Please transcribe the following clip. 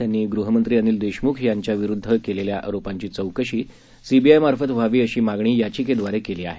त्यांनी गृहमंत्री अनिल देशमुख यांच्याविरुद्ध केलेल्या आरोपांची चौकशी सीबीआयमार्फत व्हावी अशी मागणी त्यांनी याचिकेद्वारे केली आहे